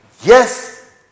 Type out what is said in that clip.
Yes